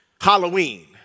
Halloween